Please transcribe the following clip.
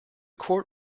court